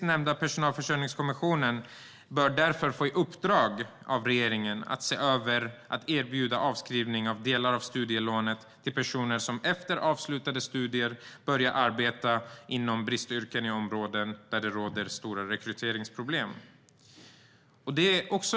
Nämnda personalförsörjningskommission bör därför få i uppdrag av regeringen att se över att erbjuda avskrivning av delar av studielånet till personer som efter avslutade studier börjar arbeta inom bristyrken i områden med stora rekryteringsproblem.